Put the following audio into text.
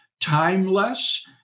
timeless